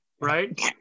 right